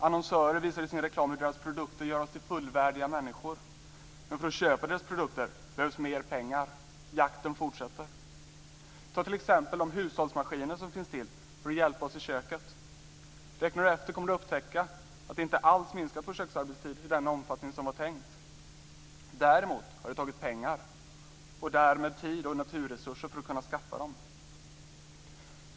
Annonsörer visar i sin reklam hur deras produkter gör oss till fullvärdiga människor, men för att köpa deras produkter behövs mer pengar. Jakten fortsätter. Ta t.ex. alla de hushållsmaskiner som finns till för att hjälpa oss i köket. Räknar du efter kommer du att upptäcka att de inte alls har minskat vår köksarbetstid i den omfattning som det var tänkt. Däremot har det tagit pengar och därmed tid och naturresurser i anspråk för att kunna skaffa dem.